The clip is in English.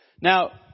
Now